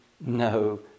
no